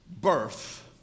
birth